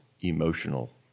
emotional